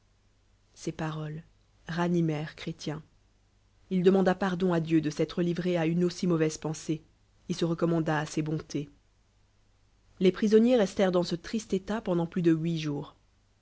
ces pal olcs ranimèrent chrétien il demanda pardon à dieu de s'être livré à une aussi mauvaisc pensée y et se recommanda à ses bontés les prisonniers restèrent dans ce triste état rend an t plus de huitjours